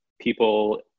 people